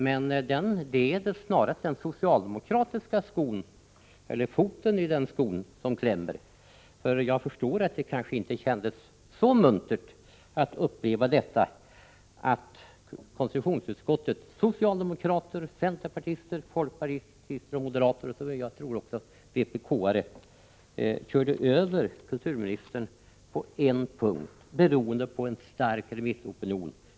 Men foten i den sko som klämmer är snarast socialdemokratisk, för jag förstår att det inte kändes så muntert att uppleva att konstitutionsutskottets socialdemokrater, centerpartister, folkpartister, moderater och, som jag tror, också vpk-are körde över kulturministern på en punkt, beroende på en stark remissopinion.